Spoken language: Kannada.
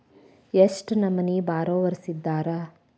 ಎಷ್ಟ್ ನಮನಿ ಬಾರೊವರ್ಸಿದಾರ?